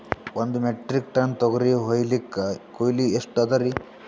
ಒಂದ್ metric tonne ತೊಗರಿ ಹೋಯಿಲಿಕ್ಕ ಕೂಲಿ ಎಷ್ಟ ಅದರೀ?